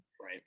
Right